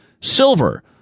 silver